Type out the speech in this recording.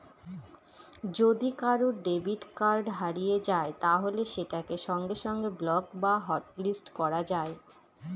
যদি কারুর debit card হারিয়ে যায় তাহলে সেটাকে সঙ্গে সঙ্গে ব্লক বা হটলিস্ট করা যায়